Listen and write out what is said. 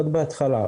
עוד בהתחלה,